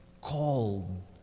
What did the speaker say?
called